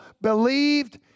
believed